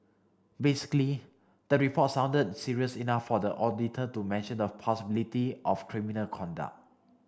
basically the report sounded serious enough for the auditor to mention the possibility of criminal conduct